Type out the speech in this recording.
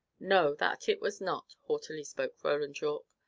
no, that it was not, haughtily spoke roland yorke,